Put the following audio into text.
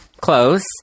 Close